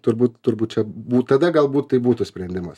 turbūt turbūt čia būt tada galbūt tai būtų sprendimas